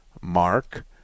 Mark